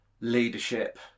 Leadership